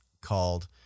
called